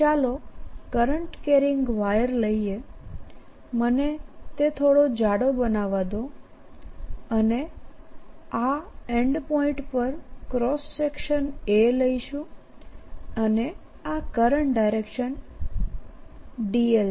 ચાલો current carrying wire લઈએમને તે થોડો જાડો બનાવવા દો અને આ એન્ડ પોઇન્ટ પર ક્રોસ સેક્શન a લઈશું અને આ કરંટ ડિરેક્શન dl છે